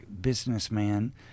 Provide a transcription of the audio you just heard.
businessman